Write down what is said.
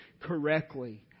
correctly